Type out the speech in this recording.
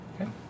Okay